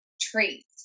traits